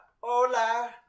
Hola